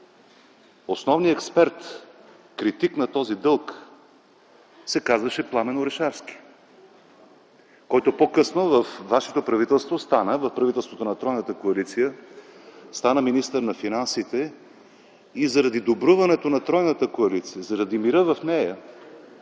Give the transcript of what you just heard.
основният експерт – критик на този дълг, се казваше Пламен Орешарски. По-късно той стана във вашето правителство – в правителството на тройната коалиция, министър на финансите и заради добруването на тройната коалиция, заради мира в нея